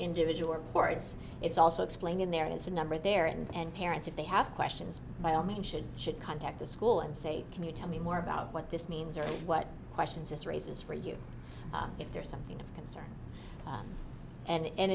individual reports it's also explained in there is a number there and parents if they have questions by all means should should contact the school and say can you tell me more about what this means or what questions this raises for you if there is something of concern and